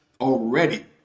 already